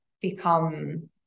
become